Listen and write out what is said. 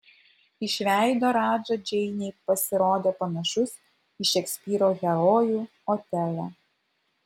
iš veido radža džeinei pasirodė panašus į šekspyro herojų otelą